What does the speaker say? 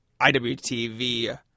IWTV